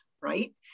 right